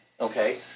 okay